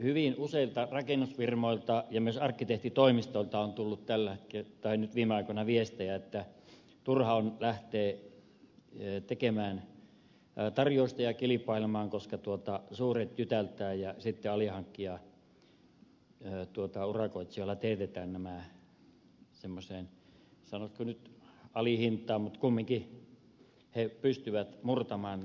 hyvin useilta rakennusfirmoilta ja myös arkkitehtitoimistoilta on tullut viime aikoina viestejä että turha on lähteä tekemään tarjousta ja kilpailemaan koska suuret jytältävät ja sitten alihankkijaurakoitsijalla teetetään nämä semmoiseen sanoisiko nyt alihintaan mutta kumminkin he pystyvät murtamaan normaalin rehellisen yrittäjän